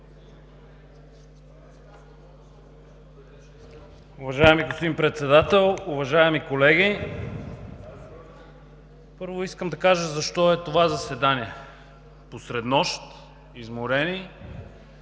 Уважаеми господин Председател, уважаеми колеги! Първо, искам да кажа защо е това заседание посред нощ, изморени,